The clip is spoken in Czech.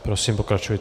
Prosím, pokračujte.